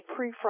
prefrontal